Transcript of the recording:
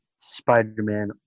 spider-man